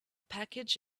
package